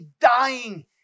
dying